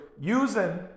using